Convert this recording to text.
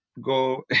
go